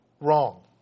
wrong